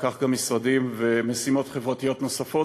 וכך גם משרדים ומשימות חברתיות נוספות,